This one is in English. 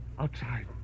outside